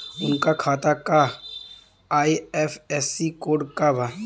उनका खाता का आई.एफ.एस.सी कोड का बा?